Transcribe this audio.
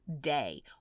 day